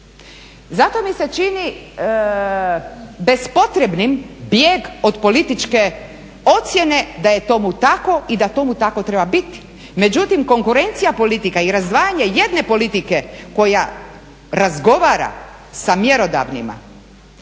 Zato mi se čini bespotrebnim bijeg od političke ocjene da je tomu tako i da tomu tako treba bit. Međutim, konkurencija politika i razdvajanje jedne politike koja razgovara sa mjerodavnima,